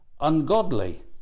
ungodly